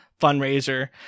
fundraiser